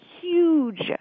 huge